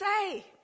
say